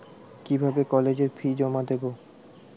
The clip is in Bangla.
কিভাবে কলেজের ফি জমা দেবো?